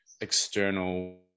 external